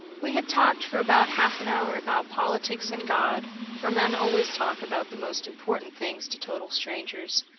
we had talked for about half an hour about politics and god for men always talk about the most important things to total strangers.